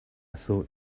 thought